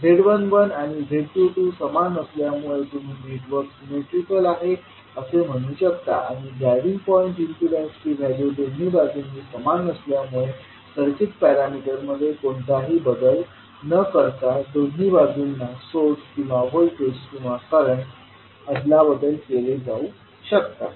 z11 आणि z22समान असल्यामुळे तुम्ही नेटवर्क सिमेट्रीकल आहे असे म्हणू शकता आणि ड्रायव्हिंग पॉईंट इम्पीडन्सची व्हॅल्यू दोन्ही बाजूंनी समान असल्यामुळे सर्किट पॅरामीटर्स मध्ये कोणताही बदल न करता दोन्ही बाजूंना सोर्स किंवा व्होल्टेज किंवा करंट अदलाबदल केले जाऊ शकतात